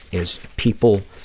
is people